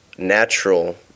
natural